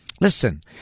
Listen